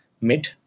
mid